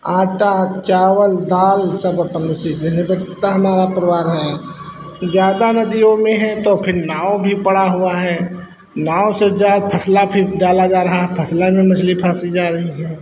आटा चावल दाल सब अपना उसी से निपटता है हमारा परिवार है ज़्यादा नदियों में है तो फिर नाव भी पड़ी हुई है नाव से जा फसला फिर डाला जा रहा फसला में मछली फँसी जा रही है